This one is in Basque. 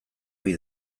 ohi